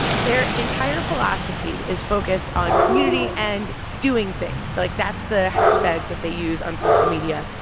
their entire philosophy is focused on community and doing things. like, that's the hashtag that they use on social media.